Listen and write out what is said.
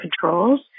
controls